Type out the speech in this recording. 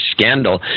scandal